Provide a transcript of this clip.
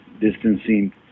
distancing